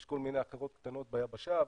יש כל מיני אחרות קטנות ביבשה,